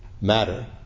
matter